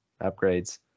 upgrades